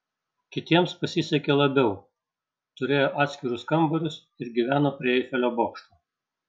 kitiems pasisekė labiau turėjo atskirus kambarius ir gyveno prie eifelio bokšto